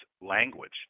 language